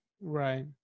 Right